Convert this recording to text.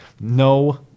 no